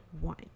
one